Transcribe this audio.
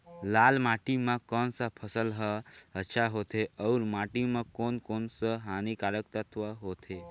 लाल माटी मां कोन सा फसल ह अच्छा होथे अउर माटी म कोन कोन स हानिकारक तत्व होथे?